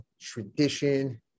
tradition